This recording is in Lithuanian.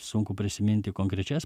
sunku prisiminti konkrečias